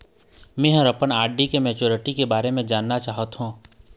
में ह अपन आर.डी के मैच्युरिटी के बारे में जानना चाहथों